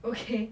okay